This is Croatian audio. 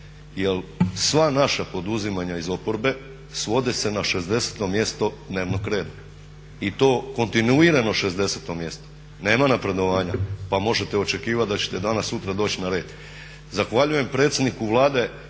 jer sva naša poduzimanja iz oporbe svode se na 60. mjesto dnevnog reda i to kontinuirano 60. mjesto, nema napredovanja, pa možete očekivat da ćete danas-sutra doći na red.